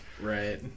Right